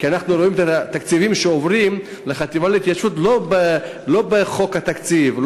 כי אנחנו רואים את התקציבים שעוברים לחטיבה להתיישבות לא בחוק התקציב,